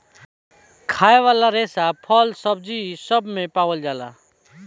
खाए वाला रेसा फल, सब्जी सब मे पावल जाला